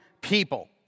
people